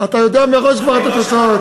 אתה יודע מראש כבר את התוצאות.